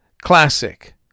classic